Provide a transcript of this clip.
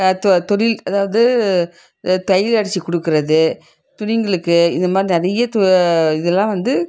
இப்போ தொழில் அதாவது தையல் அடித்து கொடுக்கறது துணிகளுக்கு இந்த மாதிரி நிறைய இதெல்லாம் வந்து